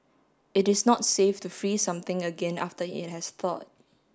it is not safe to freeze something again after it has thawed